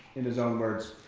in his own words,